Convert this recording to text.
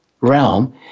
realm